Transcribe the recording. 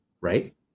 right